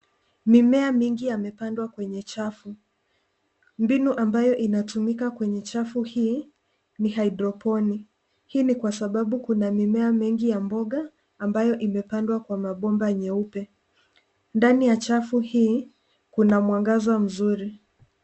Mimea mingi yamepandwa kwenye chafu. Mbinu ambayo inatumika kwenye chafu hii ni haidroponi. Hii ni kwa sababu kuna mimea mengi ya mboga ambayo imepandwa kwa mabomba nyeupe. Ndani ya chafu hii kuna mwangaza mzuri.